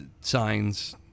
signs